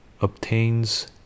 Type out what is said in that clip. obtains